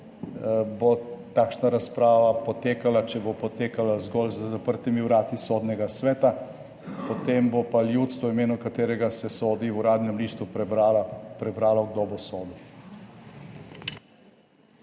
bo takšna razprava potekala, če bo potekala, zgolj za zaprtimi vrati Sodnega sveta, potem bo pa ljudstvo, v imenu katerega se sodi, v Uradnem listu prebralo, kdo bo sodil.